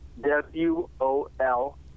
w-o-l